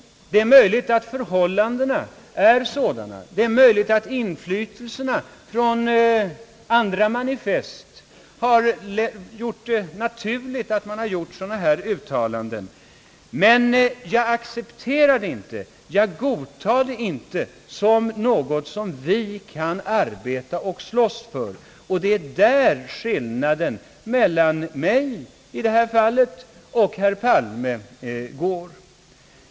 Det är möjligt att inflytelserna från andra kommunistiska manifest har gjort det naturligt att också göra ett sådant här uttalande, men jag accepterar det inte. Jag godtar det inte som något vi kan arbeta och slåss för. Där går skillnaden mellan herr Palme och mig i det här fallet.